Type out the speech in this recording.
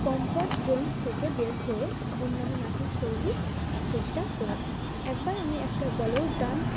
comfort zone থেকে বের হয়ে অন্যান্য নাচের শৈলী চেষ্টা করেছি একবার আমি একটা বলিউড ডান্স